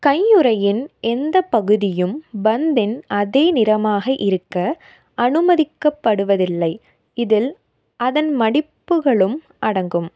கையுறையின் எந்த பகுதியும் பந்தின் அதே நிறமாக இருக்க அனுமதிக்கப்படுவதில்லை இதில் அதன் மடிப்புகளும் அடங்கும்